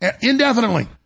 indefinitely